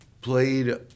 played